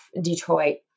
Detroit